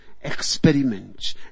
experiment